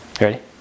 Ready